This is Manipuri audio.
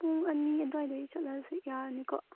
ꯄꯨꯡ ꯑꯅꯤ ꯑꯗꯨꯋꯥꯏꯗ ꯑꯣꯏꯅ ꯆꯠꯂꯁꯦ ꯌꯥꯅꯤꯀꯣ